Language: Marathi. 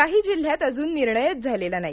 काही जिल्ह्यात अजून निर्णयच झालेला नाही